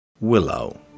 Willow